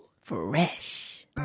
Fresh